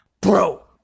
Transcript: Bro